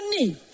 money